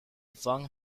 flung